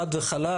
חד וחלק.